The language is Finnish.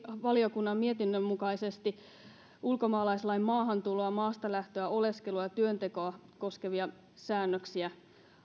valiokunnan mietinnön mukaisesti muutetaan lisäksi ulkomaalaislain maahantuloa ja maastalähtöä oleskelua ja työntekoa koskevia säännöksiä